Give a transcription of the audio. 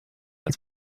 als